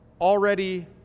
already